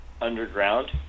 underground